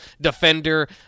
defender